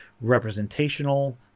representational